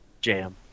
jam